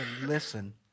listen